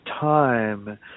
time